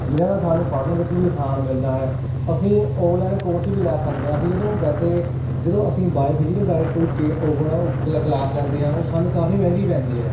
ਜਿਨਾਂ ਨੇ ਸਾਨੂੰ ਪੜ੍ਹਨ ਵਿੱਚ ਵੀ ਆਸਾਨ ਮਿਲਦਾ ਹੈ ਅਸੀਂ ਆਨਲਾਈਨ ਕੋਰਸ ਵੀ ਲੈ ਸਕਦੇ ਆ ਅਸੀਂ ਜਦੋਂ ਵੈਸੇ ਜਦੋਂ ਅਸੀਂ ਬਾਏ ਫਿਜੀਕਲ ਜਾ ਕੇ ਕੋਈ ਆਪਣਾ ਉਹ ਕਲਾਸ ਲੈਂਦੇ ਆ ਉਹ ਸਾਨੂੰ ਕਾਫੀ ਮਹਿੰਗੀ ਪੈਂਦੀ ਹੈ